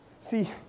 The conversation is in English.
See